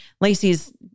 Lacey's